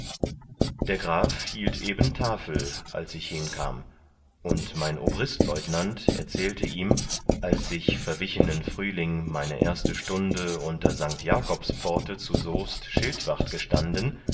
der graf hielt eben tafel als ich hinkam und mein obristleutenant erzählte ihm als ich verwichenen frühling meine erste stunde unter st jakobspforte zu soest schildwacht gestanden